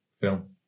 film